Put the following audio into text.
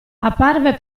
apparve